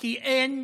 כי אין